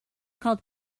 called